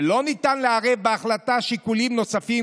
ולא ניתן לערב בהחלטה שיקולים נוספים,